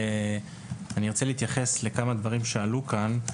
אני ארצה להתייחס לכמה דברים שעלו כאן.